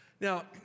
Now